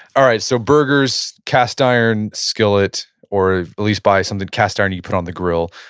alright, so burgers, cast iron skillet or at least buy something cast iron-y you put on the grill.